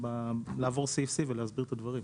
לעבור סעיף סעיף ולהסביר את הדברים.